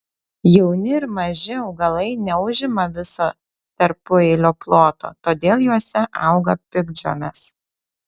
jauni ir maži augalai neužima viso tarpueilio ploto todėl juose auga piktžolės